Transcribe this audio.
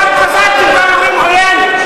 גם קבעתם וגם אתם, עוין?